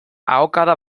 ahokada